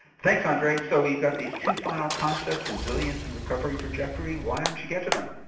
thanks, andre, so we've got these two final concepts, resilience and recovery trajectory. why don't you get to them?